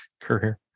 career